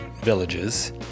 villages